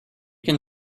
can